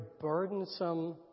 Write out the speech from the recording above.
burdensome